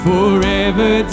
Forever